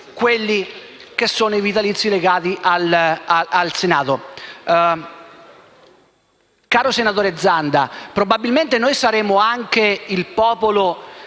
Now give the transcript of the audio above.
farlo soltanto su quelli legati al Senato. Caro senatore Zanda, probabilmente noi saremo anche il popolo